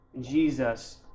Jesus